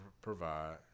provide